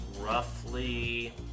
roughly